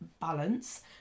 balance